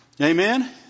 Amen